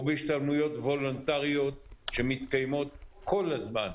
בהשתלמויות וולונטריות שמתקיימות כל הזמן.